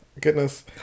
goodness